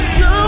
no